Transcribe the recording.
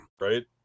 Right